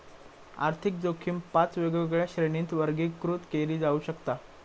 आर्थिक जोखीम पाच वेगवेगळ्या श्रेणींत वर्गीकृत केली जाऊ शकता